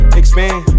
expand